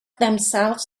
themselves